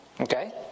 okay